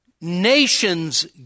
nations